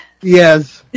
Yes